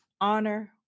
honor